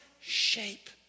shape